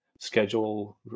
schedule